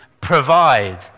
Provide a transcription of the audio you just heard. provide